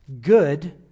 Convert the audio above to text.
good